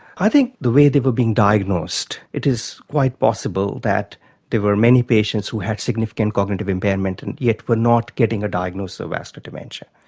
i think the way they were being diagnosed, it is quite possible that there were many patients who had significant cognitive impairment, and yet were not getting a diagnosis of vascular dementia.